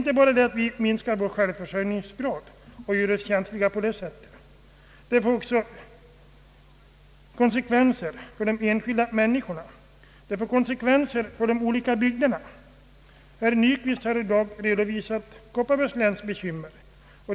Inte bara att vi minskar vår självförsörjningsgrad och gör oss känsliga på det sättet, utan det får också konsekvenser för de enskilda människorna och för de olika bygderna. Herr Nyquist har i dag redovisat Kopparbergs läns bekymmer.